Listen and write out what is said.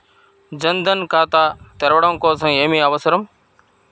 జన్ ధన్ ఖాతా తెరవడం కోసం ఏమి అవసరం?